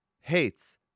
Hates